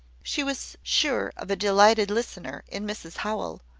she was sure of a delighted listener in mrs howell,